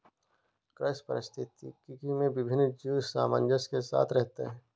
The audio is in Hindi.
कृषि पारिस्थितिकी में विभिन्न जीव सामंजस्य के साथ रहते हैं